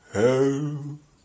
help